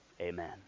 Amen